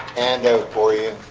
and hope for you